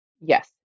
Yes